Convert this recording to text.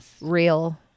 real